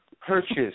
Purchase